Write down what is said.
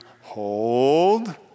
hold